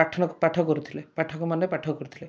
ପାଠ ପାଠ କରୁଥିଲେ ପାଠକମାନେ ପାଠ କରୁଥିଲେ